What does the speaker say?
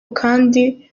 kandi